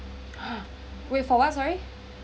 !huh! wait for what sorry oh ya ya ya ya ya that's crazy